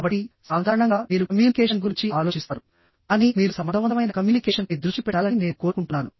కాబట్టిసాధారణంగా మీరు కమ్యూనికేషన్ గురించి ఆలోచిస్తారు కానీ మీరు సమర్థవంతమైన కమ్యూనికేషన్పై దృష్టి పెట్టాలని నేను కోరుకుంటున్నాను